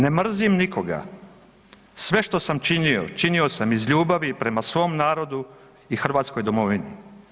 Ne mrzim nikoga, sve što sam činio, činio sam iz ljubavi prema svom narodu i Hrvatskoj domovini.